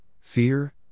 fear